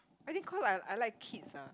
I think cos I I like kids ah